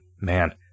man